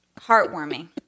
heartwarming